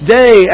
day